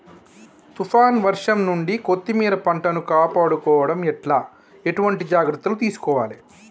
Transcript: తుఫాన్ వర్షం నుండి కొత్తిమీర పంటను కాపాడుకోవడం ఎట్ల ఎటువంటి జాగ్రత్తలు తీసుకోవాలే?